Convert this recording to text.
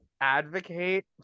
advocate